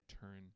turn